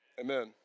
Amen